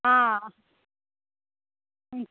ஆ ம்